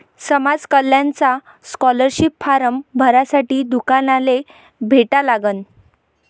समाज कल्याणचा scholarship form भरासाठी कुनाले भेटा लागन?